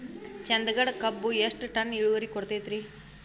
ಚಂದಗಡ ಕಬ್ಬು ಎಷ್ಟ ಟನ್ ಇಳುವರಿ ಕೊಡತೇತ್ರಿ?